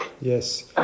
Yes